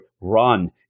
run